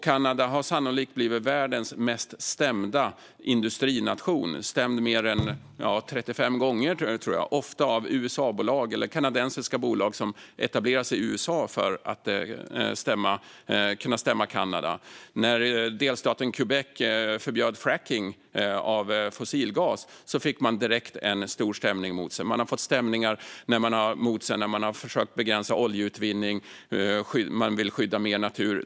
Kanada har sannolikt blivit världens mest stämda industrination. Den är stämd mer än 35 gånger, tror jag, ofta av USA-bolag eller kanadensiska bolag som etablerat sig i USA för att kunna stämma Kanada. När delstaten Quebec förbjöd frackning av fossilgas fick man direkt en stor stämning mot sig. Man har fått stämningar mot sig när man har försökt begränsa oljeutvinning och för att man vill skydda mer natur.